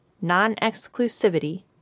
Non-Exclusivity